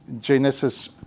Genesis